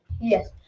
Yes